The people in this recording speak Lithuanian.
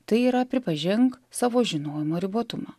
tai yra pripažink savo žinojimo ribotumą